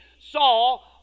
saw